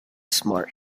smart